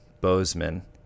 Bozeman